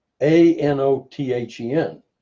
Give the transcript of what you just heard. A-N-O-T-H-E-N